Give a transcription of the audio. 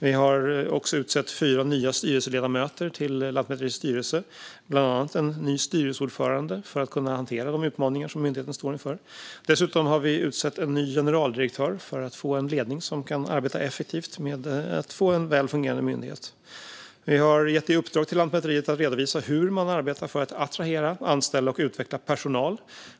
Vi har även utsett fyra nya styrelseledamöter till Lantmäteriets styrelse, bland annat en ny styrelseordförande, för att man där ska kunna hantera de utmaningar som myndigheten står inför. Dessutom har vi utsett en ny generaldirektör för att få en ledning som kan arbeta effektivt med att få en väl fungerande myndighet. Vi har vidare gett Lantmäteriet i uppgift att redovisa hur man arbetar för att attrahera, anställa och utveckla personal.